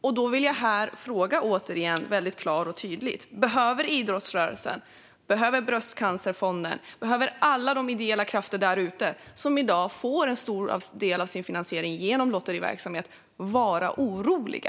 Därför frågar jag återigen klart och tydligt: Behöver idrottsrörelsen, Bröstcancerfonden och alla de ideella krafterna som i dag får en stor del av sin finansiering genom lotteriverksamhet vara oroliga?